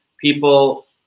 People